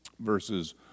verses